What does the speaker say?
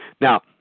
Now